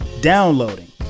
downloading